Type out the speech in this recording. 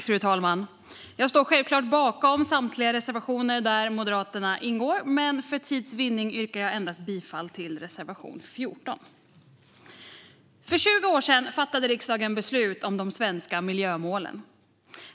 Fru talman! Jag står självklart bakom samtliga reservationer där Moderaterna ingår, men för tids vinnande yrkar jag bifall endast till reservation 14. För 20 år sedan fattade riksdagen beslut om de svenska miljömålen.